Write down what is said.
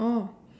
oh